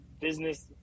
business